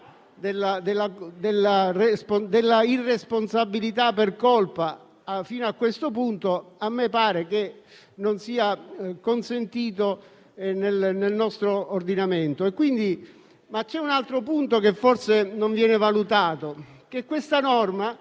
della irresponsabilità per colpa fino a questo punto a me pare che non sia consentito nel nostro ordinamento. Vi è però un altro punto che forse non viene valutato. Questa norma